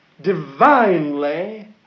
divinely